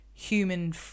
human